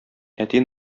әти